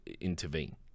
intervene